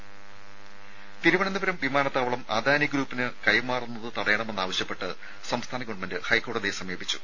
ദേശ തിരുവന്തപുരം വിമാനത്താവളം അദാനി ഗ്രൂപ്പിന് കൈമാറുന്നത് തടയണമെന്നാവശ്യപ്പെട്ട് സംസ്ഥാന ഗവൺമെന്റ് ഹൈക്കോടതിയെ സമീപിച്ചു